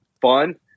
fun